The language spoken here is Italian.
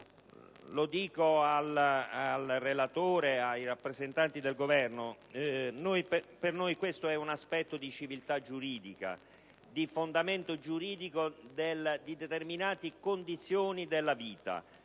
lo dico al relatore e ai rappresentanti del Governo - per noi questo è un aspetto di civiltà giuridica, di fondamento giuridico di determinate condizioni della vita.